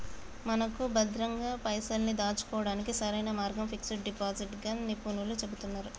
మనకు భద్రంగా పైసల్ని దాచుకోవడానికి సరైన మార్గం ఫిక్స్ డిపాజిట్ గా నిపుణులు చెబుతున్నారు